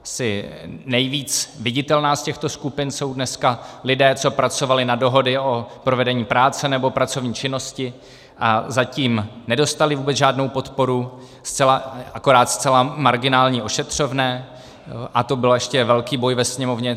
Asi nejvíc viditelní z těchto skupin jsou dneska lidé, co pracovali na dohody o provedení práce nebo pracovní činnosti a zatím nedostali vůbec žádnou podporu, akorát zcela marginální ošetřovné, a to byl ještě velký boj ve Sněmovně.